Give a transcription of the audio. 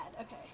Okay